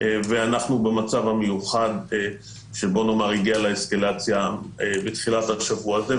ואנחנו במצב המיוחד שהגיע לאסקלציה בתחילת השבוע הזה,